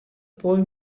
boy